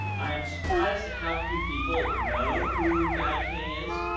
i am surprised at how few people know who guy kay is,